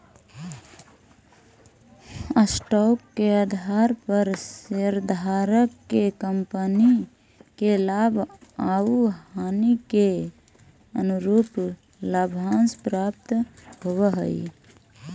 stock के आधार पर शेयरधारक के कंपनी के लाभ आउ हानि के अनुरूप लाभांश प्राप्त होवऽ हई